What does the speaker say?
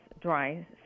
dry